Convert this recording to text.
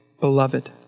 beloved